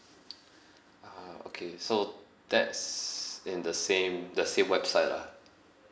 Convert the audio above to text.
ah okay so that's in the same the same website lah